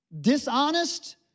dishonest